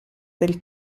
del